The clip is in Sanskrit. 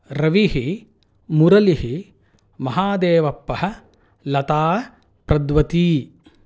रविः मुरलिः महादेवप्पः लता प्रद्वती